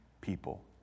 people